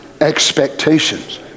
expectations